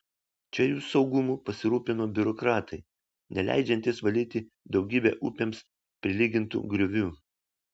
čia jų saugumu pasirūpino biurokratai neleidžiantys valyti daugybę upėms prilygintų griovių